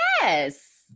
yes